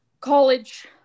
college